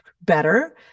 better